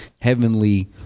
heavenly